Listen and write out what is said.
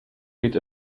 geht